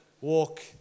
walk